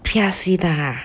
P_R_C 的 ha